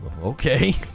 Okay